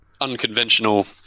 unconventional